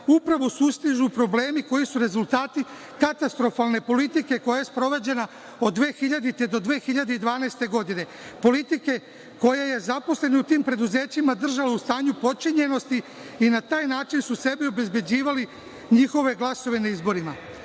upravo sustižu problemi koji su rezultati katastrofalne politike koja je sprovođena od 2000. do 2012. godine, politike koja je zaposlene u tim preduzećima držala u stanju potčinjenosti i na taj način su sebe obezbeđivali i njihove glasove na izborima. Eto